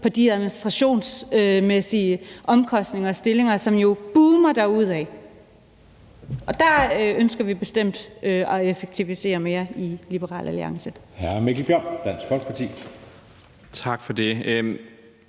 på de administrationsmæssige omkostninger og stillinger, som jo boomer derudad. Der ønsker vi i Liberal Alliance